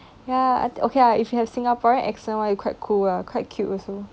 ya but okay lah if you have singaporean accent one would be quite cool lah quite cute also